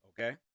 okay